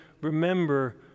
remember